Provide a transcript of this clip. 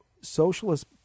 socialist